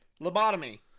Lobotomy